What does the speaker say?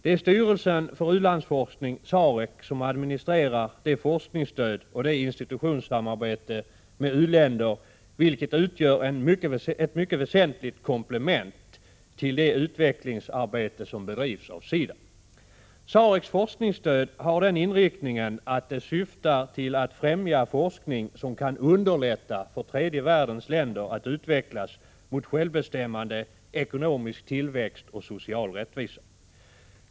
Det är styrelsen för u-landsforskning, SAREC, som administrerar det forskningsstöd och det institutionssamarbete med u-länder som utgör ett mycket väsentligt komplement till det utvecklingsarbete som bedrivs av SIDA. SAREC:s forskningsstöd har den inriktningen att det syftar till att främja forskning som kan underlätta för tredje världens länder att utvecklas mot självbestämmande, ekonomisk tillväxt och social rättvisa.